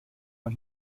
man